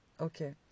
Okay